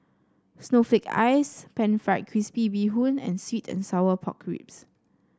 Snowflake Ice pan fried crispy Bee Hoon and sweet and Sour Pork Ribs